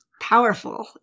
powerful